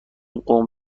قوم